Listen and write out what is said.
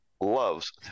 loves